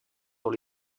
dans